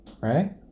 right